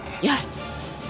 Yes